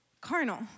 carnal